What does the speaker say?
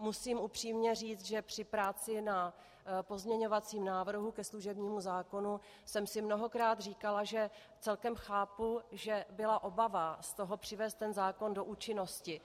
Musím upřímně říct, že při práci na pozměňovacím návrhu ke služebnímu zákonu jsem si mnohokrát říkala, že celkem chápu, že byla obava z toho, přivést ten zákon do účinnosti.